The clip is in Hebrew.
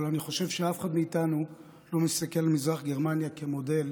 אבל אני חושב שאף אחד מאיתנו לא מסתכל על מזרח גרמניה כמודל